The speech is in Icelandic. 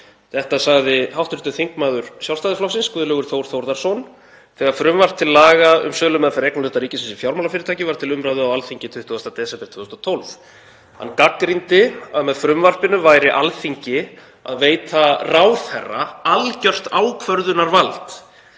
Þetta sagði hv. þm. Sjálfstæðisflokksins, Guðlaugur Þór Þórðarson, þegar frumvarp til laga um sölumeðferð eignarhluta ríkisins í fjármálafyrirtækjum var til umræðu á Alþingi 20. desember 2012. Hann gagnrýndi að með frumvarpinu væri Alþingi að veita ráðherra algjört ákvörðunarvald